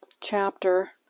chapter